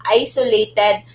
isolated